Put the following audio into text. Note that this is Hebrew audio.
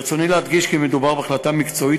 ברצוני להדגיש כי מדובר בהחלטה מקצועית,